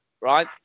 right